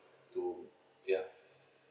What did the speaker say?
to ya